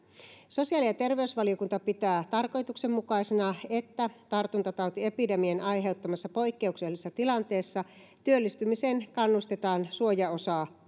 sosiaali ja terveysvaliokunta pitää tarkoituksenmukaisena että tartuntatautiepidemian aiheuttamassa poikkeuksellisessa tilanteessa työllistymiseen kannustetaan suojaosaa